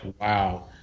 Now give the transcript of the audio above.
wow